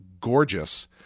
gorgeous